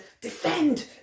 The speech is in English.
defend